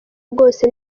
bwose